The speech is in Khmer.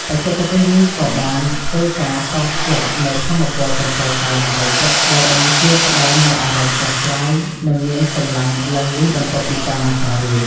បច្ចេកទេសនេះក៏បានធ្វើការតភ្ជាប់នូវថាមពលទាំងផ្លូវកាយនិងផ្លូវចិត្ត ដែលបានជួយផ្តល់នូវអារម្មណ៍ស្រស់ស្រាយនិងមានកម្លាំងឡើងវិញបន្ទាប់ពីការម៉ាស្សារួច។